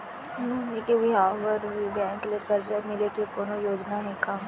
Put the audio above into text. नोनी के बिहाव बर भी बैंक ले करजा मिले के कोनो योजना हे का?